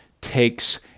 takes